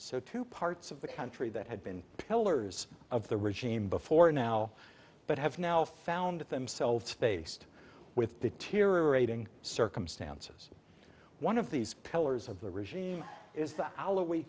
so two parts of the country that had been tellers of the regime before now but have now found themselves faced with deteriorating circumstances one of these pillars of the regime is tha